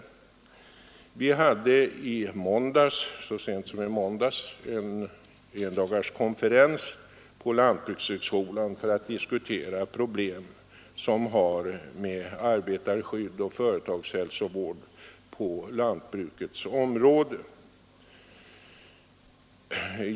Vi hade så sent som i måndags en konferens på lantbrukshögskolan för att diskutera problem som har att göra med arbetarskydd och företagshälsovård på lantbrukets område.